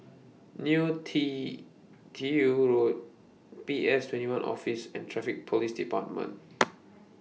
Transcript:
Neo T Tiew Road P S twenty one Office and Traffic Police department